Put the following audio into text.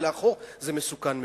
להחזיר את הגלגל לאחור זה מסוכן מאוד.